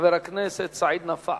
חבר הכנסת סעיד נפאע,